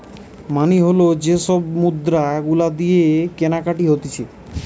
মানি হল যে সব মুদ্রা গুলা দিয়ে কেনাকাটি হতিছে